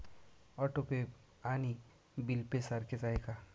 Auto pay आणि bill pay सारखेच आहे का?